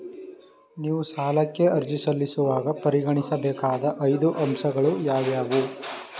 ನೀವು ಸಾಲಕ್ಕೆ ಅರ್ಜಿ ಸಲ್ಲಿಸುವಾಗ ಪರಿಗಣಿಸಬೇಕಾದ ಐದು ಅಂಶಗಳು ಯಾವುವು?